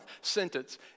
sentence